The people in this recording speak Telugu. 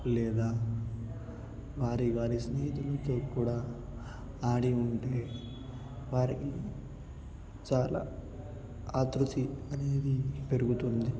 లేదా వారి వారి స్నేహితులతో కూడా ఆడి ఉంటే వారికి చాలా ఆతృత అనేది పెరుగుతుంది